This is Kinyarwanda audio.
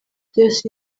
byose